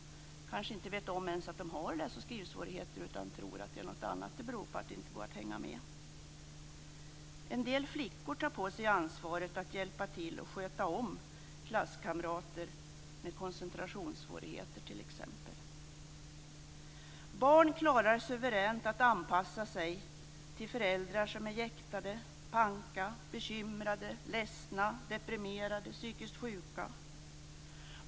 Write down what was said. Det kanske inte ens vet att de har läs och skrivsvårigheter utan tror att det beror på annat att det inte går att hänga med. En del flickor tar på sig ansvaret att hjälpa till och sköta om klasskamrater som t.ex. har koncentrationssvårigheter. Barn klarar suveränt att anpassa sig till föräldrar som är jäktade, panka, bekymrade, ledsna, deprimerade eller psykiskt sjuka.